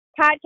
podcast